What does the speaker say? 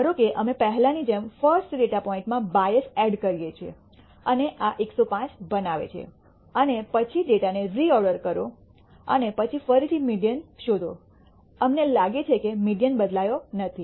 ધારો અમે પેહલા ની જેમ ફર્સ્ટ ડેટા પોઇન્ટ માં બાઇઅસ ઐડ કર્યે છે અને આ 105 બનાવે છે અને પછી ડેટા ને રિઑર્ડર કરો અને પછી ફરીથી મીડીઅન શોધો અમને લાગે છે કે મીડીઅન બદલાયો નથી